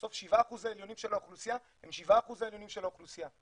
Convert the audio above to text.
בסוף 7% העליונים של האוכלוסייה הם 7% העליונים של האוכלוסייה,